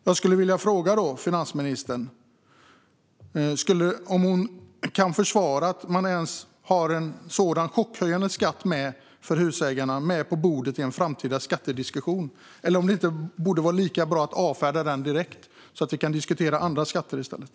Jag vill fråga finansministern om hon kan försvara att man ens har en sådan chockhöjning av skatten för husägarna med på bordet i en framtida skattediskussion eller om det inte borde vara lika bra att avfärda den direkt så att vi kan diskutera andra skatter i stället.